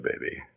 baby